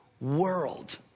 world